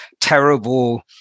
terrible